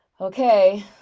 okay